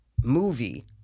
movie